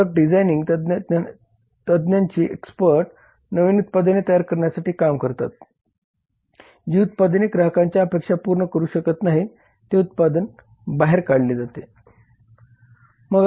product designing तज्ज्ञांची expert नवीन उत्पादने तयार करण्यासाठी काम करते जी उत्पादने ग्राहकांच्या अपेक्षा पूर्ण करू शकत नाहीत ते उत्पादन बाहेर काढले जातात